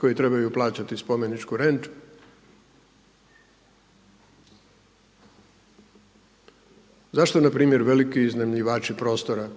koji trebaju plaćati spomeničku rentu. Zašto npr. veliki iznajmljivači prostora